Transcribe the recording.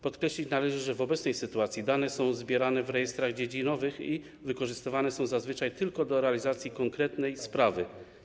Podkreślić należy, że w obecnej sytuacji dane są zbierane w rejestrach dziedzinowych i wykorzystywane są zazwyczaj tylko do realizacji konkretnej sprawy.